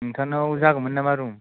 नोंथांनाव जागौमोन नामा रुम